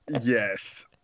yes